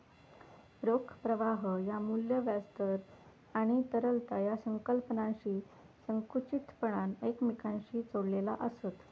रोख प्रवाह ह्या मू्ल्य, व्याज दर आणि तरलता या संकल्पनांशी संकुचितपणान एकमेकांशी जोडलेला आसत